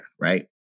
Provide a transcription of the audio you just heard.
right